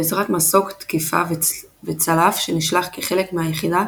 בעזרת מסוק תקיפה וצלף שנשלח כחלק מהיחידה